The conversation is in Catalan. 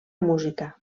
música